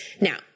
Now